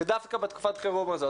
שדווקא בתקופת החירום הזו,